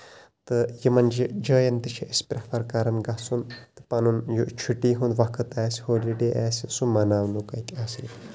تہٕ یِمن جاین تہِ چھِ أسۍ پرٮ۪فر کران گژھُن تہٕ پَنُن یہِ چھُٹی ہُند وقت آسہِ ہولِڈے آسہِ سُہ مَناونُک اَتہِ اَصلی